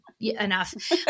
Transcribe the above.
enough